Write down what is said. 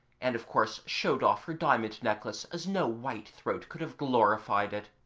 and of course showed off her diamond necklace as no white throat could have glorified it.